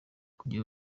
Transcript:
kugira